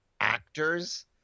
actors